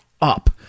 up